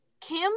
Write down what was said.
Kim